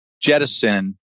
jettison